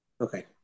Okay